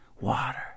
water